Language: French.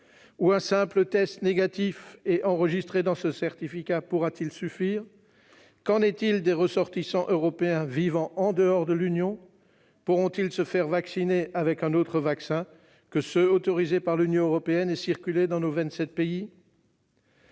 ou un simple test négatif enregistré dans ce certificat pourra-t-il suffire ? Qu'en est-il des ressortissants européens vivant en dehors de l'Union ? Pourront-ils se faire vacciner avec un vaccin autre que ceux qui sont autorisés par l'Union européenne et circuler dans nos vingt-sept